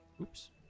Oops